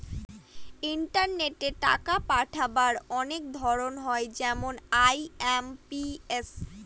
ইন্টারনেটে টাকা পাঠাবার অনেক ধরন হয় যেমন আই.এম.পি.এস